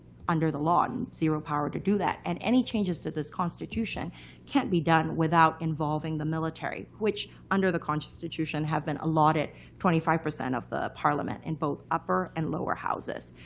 under the law, zero power to do that. and any changes to this constitution can't be done without involving the military, which under the constitution, have been allotted twenty five percent of the parliament, in both upper and lower houses.